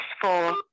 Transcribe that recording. four